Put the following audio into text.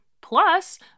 Plus